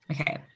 Okay